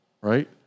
right